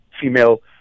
female